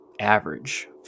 average